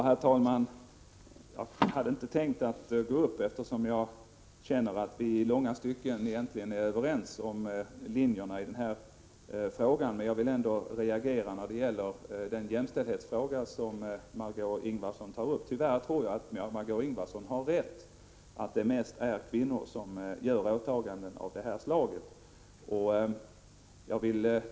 Herr talman! Jag hade inte tänkt att göra något ytterligare inlägg, eftersom jag känner att vi i långa stycken egentligen är överens i den här frågan, men jag reagerade när det gäller den jämställdhetsfråga som Margö Ingvardsson tog upp. Tyvärr tror jag att Margöé Ingvardsson har rätt. Det är mest kvinnor som fullgör åtaganden av det här slaget.